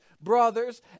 brothers